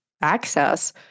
access